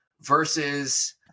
versus